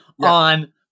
on